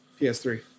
PS3